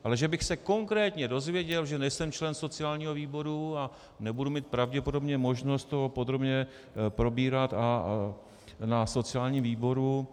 Ale že bych se konkrétně dozvěděl, protože nejsem člen sociálního výboru a nebudu mít pravděpodobně možnost to podrobně probírat na sociálním výboru...